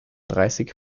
dreißig